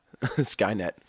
Skynet